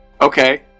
Okay